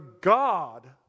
God